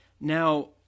Now